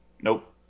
Nope